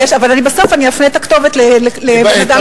אבל בסוף אני אפנה את הכתובת לבן-אדם אחד כמובן.